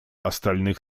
остальных